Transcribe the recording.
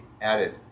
added